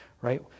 right